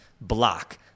block